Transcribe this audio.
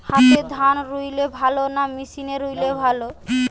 হাতে ধান রুইলে ভালো না মেশিনে রুইলে ভালো?